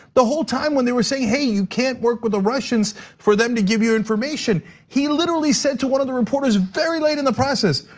the whole time when they were saying, hey, you can't work with the russians, for them to give you information, he literally said to one of the reporters very late in the process,